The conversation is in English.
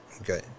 Okay